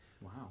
wow